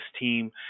team